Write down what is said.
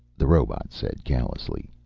the robot said callously.